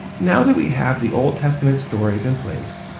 now that we have the old testament stories in place,